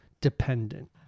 dependent